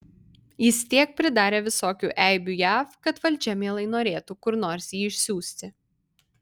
jis tiek pridarė visokių eibių jav kad valdžia mielai norėtų kur nors jį išsiųsti